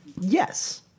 Yes